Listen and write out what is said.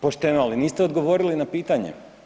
Pošteno, ali niste odgovorili na pitanje.